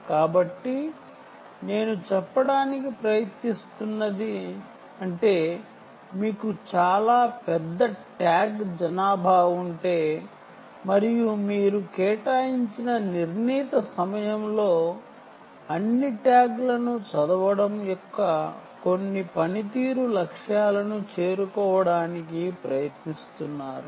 కాబట్టి నేను చెప్పడానికి ప్రయత్నిస్తున్నది అంటే మీకు చాలా పెద్ద ట్యాగ్ సంఖ్య ఉంటే మరియు మీరు కేటాయించిన నిర్ణీత సమయంలో అన్ని ట్యాగ్లను చదవడం వంటి కొన్ని పనితీరు లక్ష్యాలను చేరుకోవడానికి ప్రయత్నిస్తున్నారు